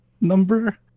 number